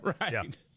Right